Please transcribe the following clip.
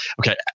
okay